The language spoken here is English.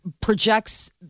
projects